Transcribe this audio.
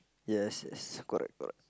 yes yes correct correct